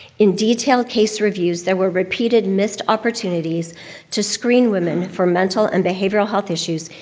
in detailed case reviews, there were repeated missed opportunities to screen women for mental and behavioral health issues,